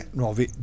nuovi